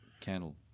Candle